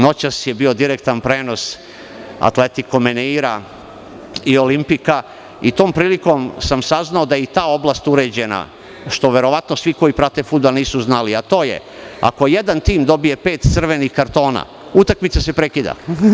Noćas je bio direktan prenos Atletiko Mineiro i Olimpika, i tom prilikom sam saznao da je i ta oblast uređena, što verovatno svi koji prate fudbal nisu znali, a to je da ako jedan tim dobije pet crvenih kartona utakmica se prekida.